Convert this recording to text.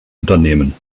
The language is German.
unternehmen